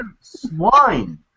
swine